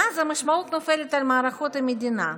ואז המשמעות נופלת על מערכות המדינה,